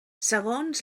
segons